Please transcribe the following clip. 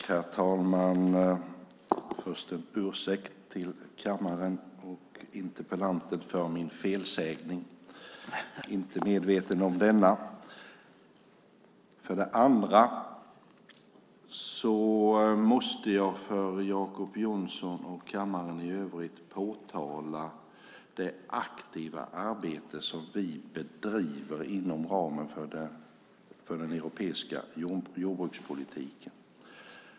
Herr talman! Först ber jag kammaren och interpellanten om ursäkt för min felsägning. Jag var inte medveten om denna. Jag måste för Jacob Johnson och kammaren i övrigt påtala det aktiva arbete som vi bedriver inom ramen för den europeiska jordbrukspolitiken.